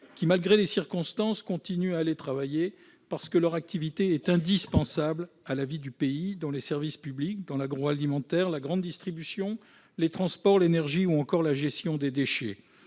qui, malgré les circonstances, continuent à aller travailler, parce que leur activité est indispensable à la vie du pays dans les services publics, l'agroalimentaire, la grande distribution, les transports, l'énergie ou encore la gestion des déchets.